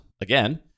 again